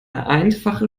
einfache